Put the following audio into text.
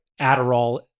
Adderall